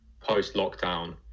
post-lockdown